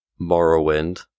Morrowind